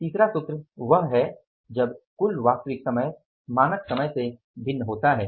तीसरा सूत्र वह है जब कुल वास्तविक समय मानक समय से भिन्न होता है